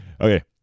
Okay